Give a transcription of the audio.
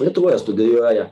lietuvoje studijuoja